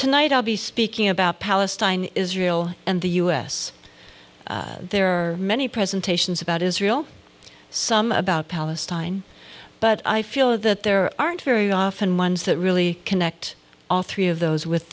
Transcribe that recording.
tonight i'll be speaking about palestine israel and the us there are many presentations about israel some about palestine but i feel that there aren't very often ones that really connect all three of those with